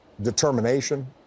determination